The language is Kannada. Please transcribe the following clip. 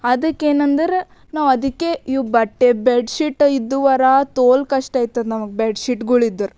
ಅದ್ಕೆ ಏನೆಂದ್ರೆ ನಾವು ಅದಕ್ಕೆ ಇವು ಬಟ್ಟೆ ಬೆಡ್ಶೀಟ್ ಇದುವರ ತೋಲ್ ಕಷ್ಟ ಆಯ್ತದ ನಮ್ಗೆ ಬೆಡ್ಶೀಟ್ಗಳಿದ್ರ